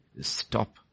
Stop